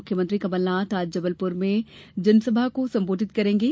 मुख्यमंत्री कमलनाथ आज जबलपुर में जनसभा को संबोधित करेंगे